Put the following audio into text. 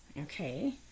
Okay